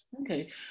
Okay